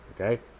Okay